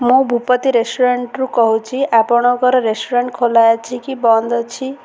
ମୁଁ ଭୂପତୀ ରେଷ୍ଟୁରାଣ୍ଟ୍ରୁ କହୁଛି ଆପଣଙ୍କର ରେଷ୍ଟୁରାଣ୍ଟ୍ ଖୋଲା ଅଛି କି ବନ୍ଦ ଅଛି